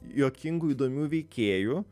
juokingų įdomių veikėjų